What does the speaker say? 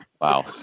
Wow